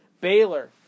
Baylor